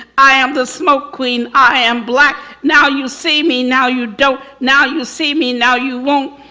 i am the smoke queen. i am black. now you see, me now you don't. now you see me, now you won't.